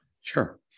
Sure